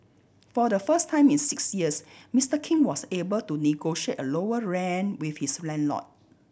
for the first time in six years Mister King was able to negotiate a lower rent with his landlord